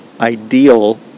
ideal